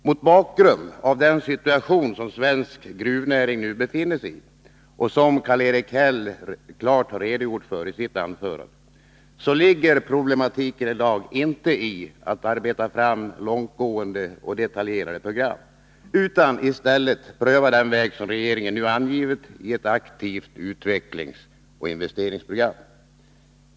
Mot bakgrund av den situation som svensk gruvnäring nu befinner sig i och som Karl-Erik Häll klart redogjort för i sitt anförande, ligger problematiken i daginte i att arbeta fram långtgående och detaljerade program, utan i stället i att pröva den väg som regeringen nu angivit i ett aktivt utvecklingsoch investeringsprogram.